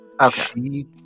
Okay